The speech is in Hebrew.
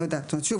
זאת אומרת שוב,